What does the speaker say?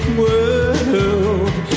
world